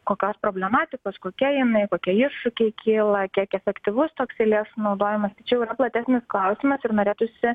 kokios problematikos kokia jinai kokie iššūkiai kyla kiek efektyvus toks eilės naudojimas tai čia jau yra platesnis klausimas ir norėtųsi